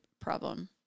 problem